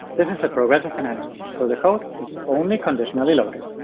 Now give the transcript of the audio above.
this is a progressive enhancement, so the code is only conditionally loaded.